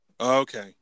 Okay